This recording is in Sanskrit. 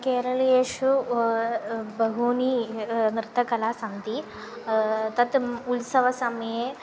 केरलेषु बहूनि नृत्यकलाः सन्ति तत् उत्सवसमये